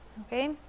okay